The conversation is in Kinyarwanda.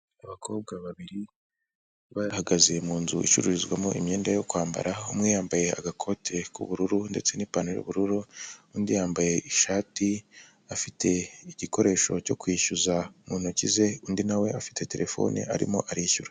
Abakobwa babiri bahagaze mu nzu icururizwamo imyenda yo kwambara, umwe yambaye agakote k'ubururu ndetse n'ipantaro'ubururu, undi yambaye ishati afite igikoresho cyo kwishyuza mu ntoki ze, undi nawe afite terefone arimo arishyura.